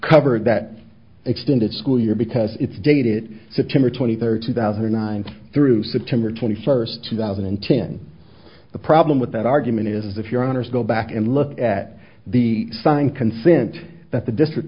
covered that extended school year because it's dated september twenty third two thousand and nine through september twenty first two thousand and ten the problem with that argument is if your honour's go back and look at the signed consent that the district